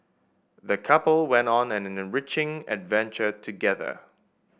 the couple went on an enriching adventure together